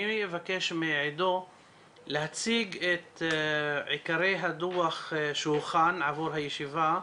אני מבקש מעדו להציג את עיקרי הדוח שהוכן עבור הישיבה.